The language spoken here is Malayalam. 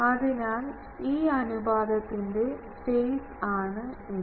അതിനാൽ ഈ അനുപാതത്തിന്റെ ഫെയ്സ് ആണ് ഇത്